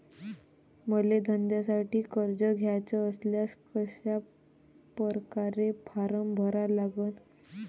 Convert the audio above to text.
मले धंद्यासाठी कर्ज घ्याचे असल्यास कशा परकारे फारम भरा लागन?